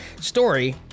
story